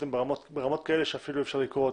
היא ברמה כזאת שאפילו אי אפשר לקרוא אותן.